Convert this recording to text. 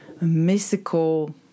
mystical